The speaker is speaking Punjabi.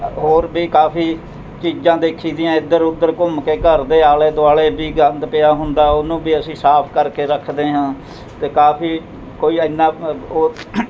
ਹੋਰ ਵੀ ਕਾਫੀ ਚੀਜ਼ਾਂ ਦੇਖੀ ਦੀਆਂ ਇੱਧਰ ਉਧਰ ਘੁੰਮ ਕੇ ਘਰ ਦੇ ਆਲ਼ੇ ਦੁਆਲ਼ੇ ਵੀ ਗੰਦ ਪਿਆ ਹੁੰਦਾ ਉਹਨੂੰ ਵੀ ਅਸੀਂ ਸਾਫ਼ ਕਰਕੇ ਰੱਖਦੇ ਹਾਂ ਅਤੇ ਕਾਫੀ ਕੋਈ ਇੰਨਾ